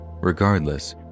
regardless